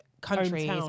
countries